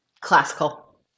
Classical